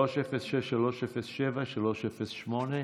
306, 307, 308,